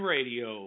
Radio